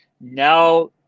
now